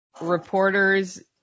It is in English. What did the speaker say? reporters